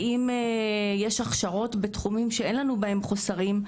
ואם יש הכשרות בתחומים שאין לנו בהם חוסרים,